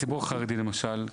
הציבור החרדי למשל,